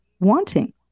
wanting